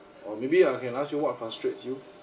or maybe I can ask you what frustrates you